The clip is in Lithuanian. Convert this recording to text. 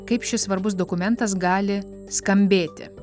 kaip šis svarbus dokumentas gali skambėti